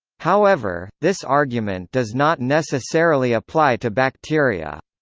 however, this argument does not necessarily apply to bacteria.